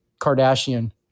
Kardashian